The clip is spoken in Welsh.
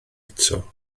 eto